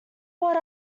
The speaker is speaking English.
what